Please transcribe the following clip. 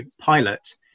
pilot